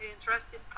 interested